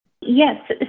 Yes